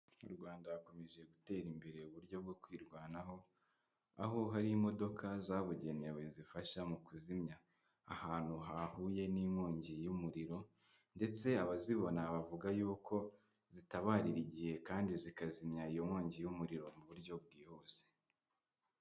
Mu rwanda hakomeje gutera imbere mu buryo bwo kwirwanaho, aho hari imodoka zabugenewe zifasha mu kuzimya ahantu hahuye n'inkongi y'umuriro ndetse abazibona bavuga yuko, zitabarira igihe kandi zikazimya iyo nkongi y'umuriro mu buryo bwihuse.